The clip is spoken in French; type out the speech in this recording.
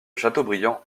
châteaubriand